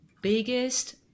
biggest